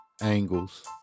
angles